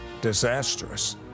disastrous